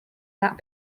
that